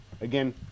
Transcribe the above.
again